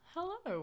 Hello